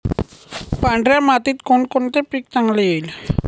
पांढऱ्या मातीत कोणकोणते पीक चांगले येईल?